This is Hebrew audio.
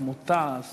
כמו תע"ש